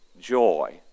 joy